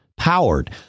powered